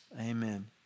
amen